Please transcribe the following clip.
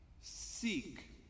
Seek